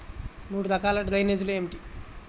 మూడు రకాల డ్రైనేజీలు ఏమిటి?